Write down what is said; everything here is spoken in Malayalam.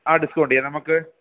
ആ ഡിസ്കൗണ്ടെയ്യാം നമക്ക്